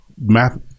math